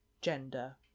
gender